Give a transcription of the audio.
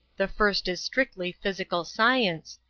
the first is strictly physical science.